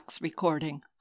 recording